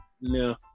No